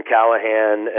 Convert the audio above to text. Callahan